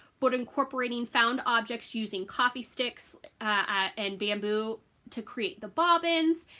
but incorporating found objects using coffee sticks and bamboo to create the bobbins.